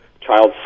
child